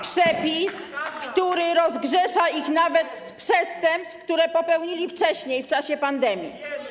przepis, który rozgrzesza ich nawet z przestępstw, które popełnili wcześniej, w czasie pandemii.